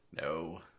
No